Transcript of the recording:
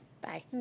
Bye